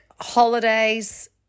holidays